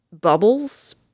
bubbles